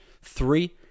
Three